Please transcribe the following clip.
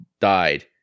died